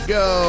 go